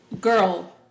Girl